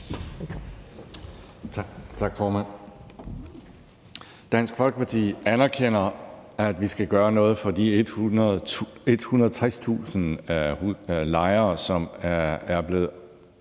Tak, formand. Dansk Folkeparti anerkender, at vi skal gøre noget for de 160.000 lejere, som er blevet